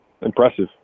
Impressive